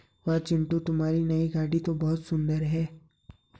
वाह चिंटू तुम्हारी नई गाड़ी तो बहुत सुंदर है